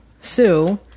Sue